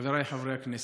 חבריי חברי הכנסת,